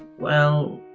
well,